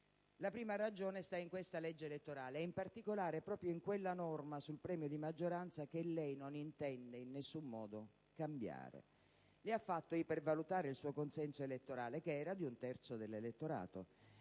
La prima ragione sta in questa legge elettorale e, in particolare, proprio in quella norma sul premio di maggioranza che lei non intende in alcun modo cambiare. Le ha fatto ipervalutare il suo consenso elettorale, che era di un terzo dell'elettorato,